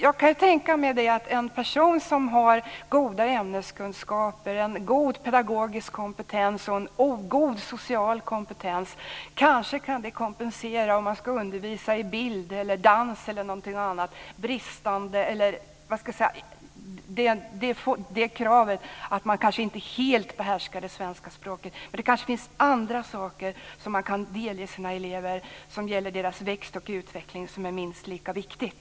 Jag kan tänka mig att en person som har goda ämneskunskaper, en god pedagogisk kompetens och god social kompetens genom att undervisa i bild eller dans eller någonting annat kanske kan kompensera det att man inte helt behärskar det svenska språket. Det kan finnas andra saker som man kan delge sina elever som gäller deras växt och utveckling och som är minst lika viktigt.